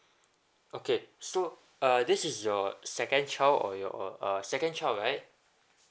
okay so uh this is your second child or your uh second child right